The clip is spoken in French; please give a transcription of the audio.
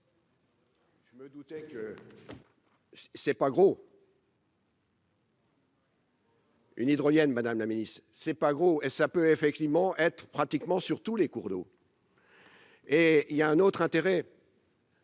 Je me doutais que. C'est pas gros. Une hydrolienne Madame la Ministre, c'est pas gros et ça peut effectivement être pratiquement sur tous les cours d'eau. Et il y a un autre intérêt.